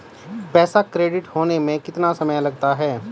पैसा क्रेडिट होने में कितना समय लगता है?